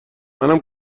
منم